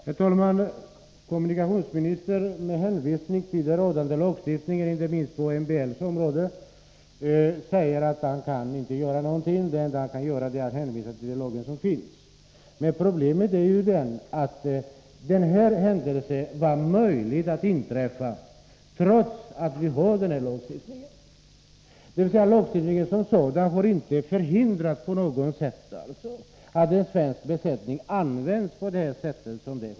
Herr talman! Kommunikationsministern säger med hänvisning till gällande lagstiftning, inte minst på MBL:s område, att han inte kan göra någonting — det enda han kan göra är att hänvisa till den lag som finns. Men problemet är ju att den här händelsen kunde inträffa, trots att vi har denna lagstiftningen. Lagstiftningen som sådan har alltså inte på något sätt förhindrat att en svensk besättning används på det här sättet.